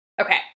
Okay